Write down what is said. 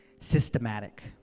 Systematic